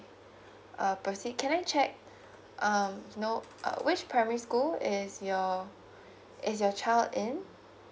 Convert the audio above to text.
uh proceed can I check um no uh which primary school is your is your child in